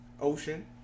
Ocean